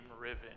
Riven